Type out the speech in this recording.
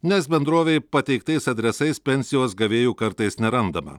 nes bendrovei pateiktais adresais pensijos gavėjų kartais nerandama